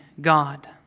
God